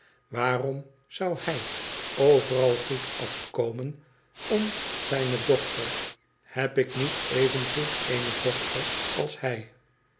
waarom zou hij overal goed afkomen om zijne dochter heb ik niet evengoed eene dochter als hij